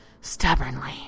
stubbornly